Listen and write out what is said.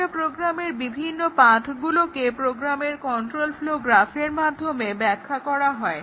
একটা প্রোগ্রামের বিভিন্ন পাথ্গুলোকে প্রোগ্রামের কন্ট্রোল ফ্লো গ্রাফের মাধ্যমে ব্যাখ্যা করা হয়